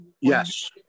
Yes